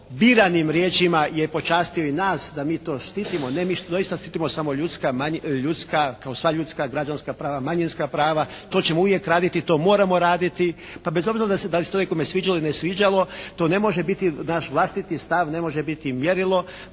biranim riješimo je počastio i nas da mi to štitimo, ne mi što doista štitimo samo ljudska, kao sva ljudska građanska prava, manjinska prava, to ćemo uvijek raditi, to moramo raditi pa bez obzira da li se to nekome sviđalo ili ne sviđalo to ne može biti naš vlastiti stav, ne može biti mjerilo